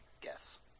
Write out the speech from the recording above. guess